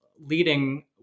leading